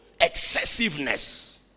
Excessiveness